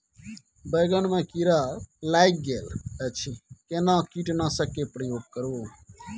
बैंगन में कीरा लाईग गेल अछि केना कीटनासक के प्रयोग करू?